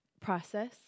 process